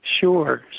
Sure